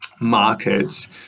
markets